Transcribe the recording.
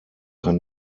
kann